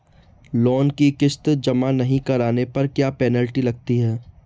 Loan की किश्त जमा नहीं कराने पर क्या पेनल्टी लगती है?